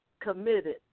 committed